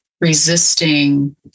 resisting